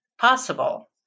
possible